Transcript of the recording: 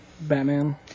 Batman